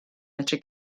medru